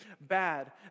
bad